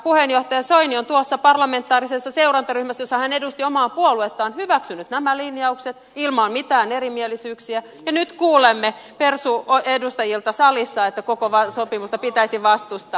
puheenjohtaja soini on tuossa parlamentaarisessa seurantaryhmässä jossa hän edusti omaa puoluettaan hyväksynyt nämä linjaukset ilman mitään erimielisyyksiä ja nyt kuulemme persuedustajilta salissa että koko sopimusta pitäisi vastustaa